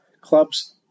clubs